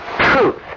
Truth